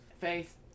faith